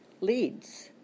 leads